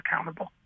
accountable